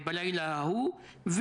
בלילה ההוא,